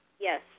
Yes